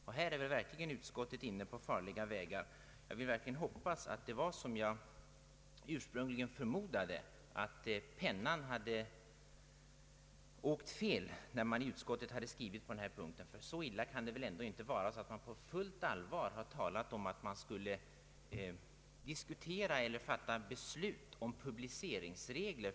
Här är utskottet inne på farliga vägar och jag hoppas att det är som jag ursprungligen förmodade, att pennan slant när man gjorde utskottets skrivning på denna punkt. Så illa kan det ändå inte vara att man på fullt allvar menar att man i riksdagen skulle diskutera eller fatta beslut om publiceringsregler.